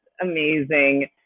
amazing